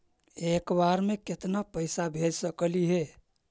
एक बार मे केतना पैसा भेज सकली हे?